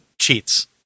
cheats